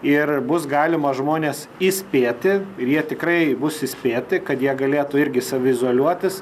ir bus galima žmones įspėti ir jie tikrai bus įspėti kad jie galėtų irgi saviizoliuotis